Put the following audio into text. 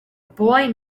boy